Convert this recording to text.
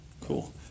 Cool